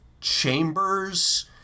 chambers